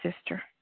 sister